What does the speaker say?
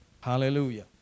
Hallelujah